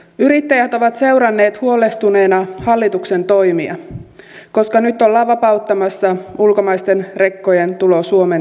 yrittäjät ovat seuranneet huolestuneina hallituksen toimia koska nyt ollaan vapauttamassa ulkomaisten rekkojen tulo suomen teille